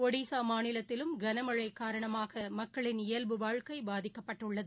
ஒடிசாமாநிலத்திலும் கனமழைகாரணமாகமக்களின் இயல்பு வாழ்க்கைபாதிக்கப்பட்டுள்ளது